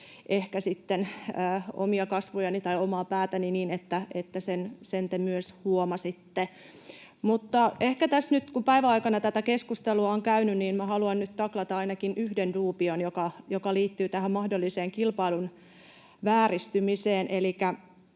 heilutella omia kasvojani tai omaa päätäni niin, että sen te myös huomasitte. Ehkä tässä nyt, kun päivän aikana tätä keskustelua on käynyt, niin haluan taklata ainakin yhden duubion, joka liittyy tähän mahdolliseen kilpailun vääristymiseen.